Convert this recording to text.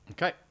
Okay